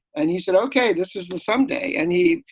and you said, ok, this is this sunday. and he,